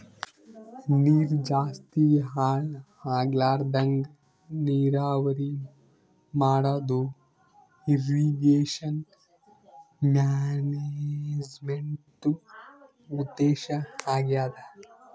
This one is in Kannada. ನೀರ್ ಜಾಸ್ತಿ ಹಾಳ್ ಆಗ್ಲರದಂಗ್ ನೀರಾವರಿ ಮಾಡದು ಇರ್ರೀಗೇಷನ್ ಮ್ಯಾನೇಜ್ಮೆಂಟ್ದು ಉದ್ದೇಶ್ ಆಗ್ಯಾದ